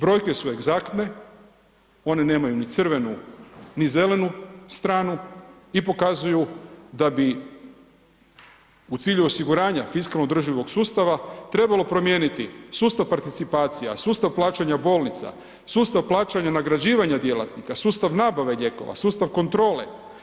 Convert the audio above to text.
Brojke su egzaktne, one nemaju ni crvenu ni zelenu stranu i pokazuju da bi u cilju osiguranja fiskalno održivog sustava trebalo promijeniti sustav participacija, sustav plaćanja bolnica, sustav plaćanja nagrađivanja djelatnika, sustav nabave lijekova, sustav kontrole.